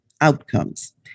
outcomes